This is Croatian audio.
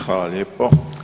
Hvala lijepo.